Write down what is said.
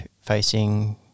facing